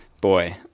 Boy